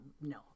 no